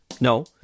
No